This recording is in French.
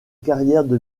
carrière